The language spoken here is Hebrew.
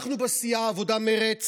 אנחנו בסיעת העבודה-מרצ